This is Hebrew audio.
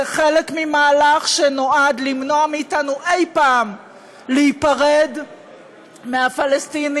זה חלק ממהלך שנועד למנוע מאתנו אי-פעם להיפרד מהפלסטינים,